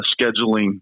scheduling